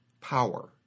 Power